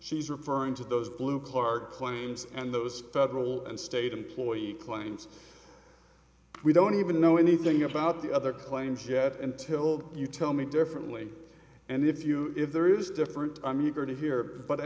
she's referring to those blue card claims and those federal and state employee claims we don't even know anything about the other claims yet until you tell me differently and if you if there is different i'm eager to hear but